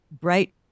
bright